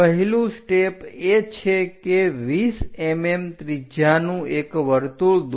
પહેલું સ્ટેપ એ છે કે 20 mm ત્રિજ્યાનું એક વર્તુળ દોરો